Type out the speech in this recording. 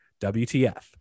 WTF